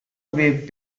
web